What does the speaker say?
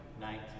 night